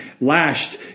lashed